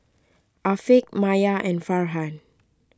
Afiq Maya and Farhan